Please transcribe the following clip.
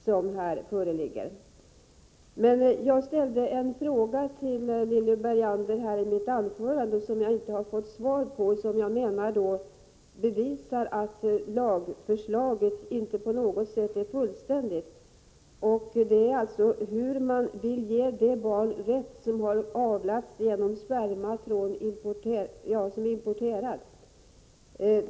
Jag ställde emellertid en fråga till Lilly Bergander i mitt anförande som jag inte har fått svar på och som bevisar att lagförslaget inte på något sätt är fullständigt: Hur vill man ge det barn rätt som har avlats genom sperma som importerats?